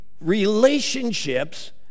relationships